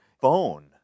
phone